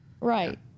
right